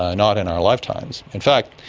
ah not in our lifetimes. in fact,